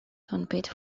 compete